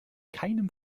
keinem